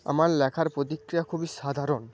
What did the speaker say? আমার লেখার প্রতিক্রিয়া খুবই সাধারণ